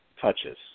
touches